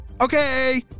Okay